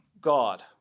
God